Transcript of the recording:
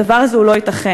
הדבר הזה לא ייתכן.